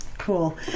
cool